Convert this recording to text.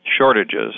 shortages